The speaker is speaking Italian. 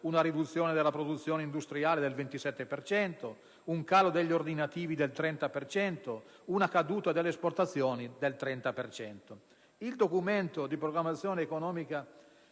una riduzione della produzione industriale del 27 per cento, un calo degli ordinativi del 30 per cento e una caduta delle esportazioni del 30